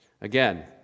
again